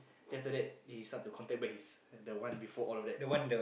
then after that they start to contact back his the one before that